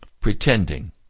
pretending